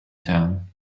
town